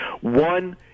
One